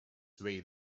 way